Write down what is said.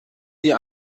die